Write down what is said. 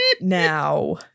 now